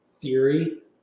theory